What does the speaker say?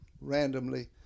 randomly